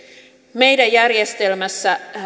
meidän järjestelmässämme